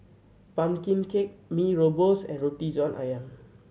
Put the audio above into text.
pumpkin cake Mee Rebus and Roti John Ayam